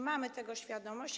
Mamy tego świadomość.